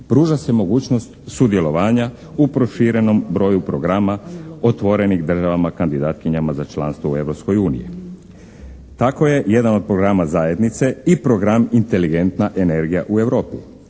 pruža se mogućnost sudjelovanja u proširenom broju programa otvorenih državama kandidatkinjama za članstvo u Europskoj uniji. Tako je jedan od programa zajednice i program "Inteligentna energija u Europi"